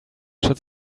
should